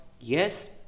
yes